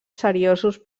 seriosos